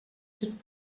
fet